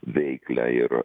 veiklią ir